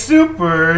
Super